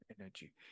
Energy